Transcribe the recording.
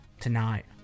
tonight